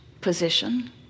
position